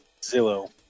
Zillow